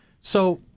So-